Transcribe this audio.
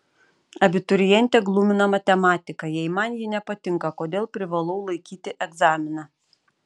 abiturientę glumina matematika jei man ji nepatinka kodėl privalau laikyti egzaminą